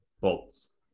bolts